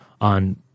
on